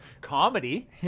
comedy